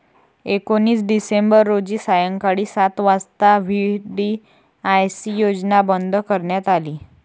एकोणीस डिसेंबर रोजी सायंकाळी सात वाजता व्ही.डी.आय.सी योजना बंद करण्यात आली